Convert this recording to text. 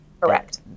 Correct